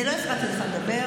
אני לא הפרעתי לך לדבר.